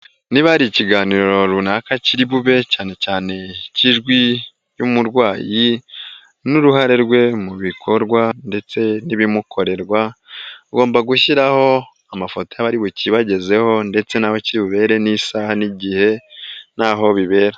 Niba hari ikiganiro runaka kiri bube cyane cyane cy'ijwi ry'umurwayi n'uruhare rwe mu bikorwa ndetse n'ibimukorerwa, ugomba gushyiraho amafoto y'abaribukibagezeho ndetse naho kiri bubere n'isaha n'igihe naho bibera.